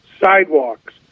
sidewalks